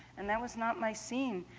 and that was not my scene.